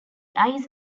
eyes